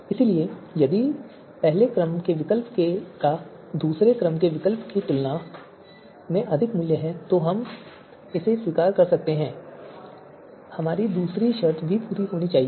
इसलिए यदि पहले क्रम के विकल्प का दूसरे क्रम के विकल्प की तुलना में अधिक मूल्य है तो हम इसे स्वीकार कर सकते हैं हमारी दूसरी शर्त भी पूरी होनी चाहिए